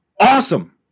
awesome